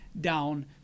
down